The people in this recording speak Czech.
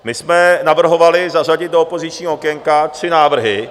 My jsme navrhovali zařadit do opozičního okénka tři návrhy.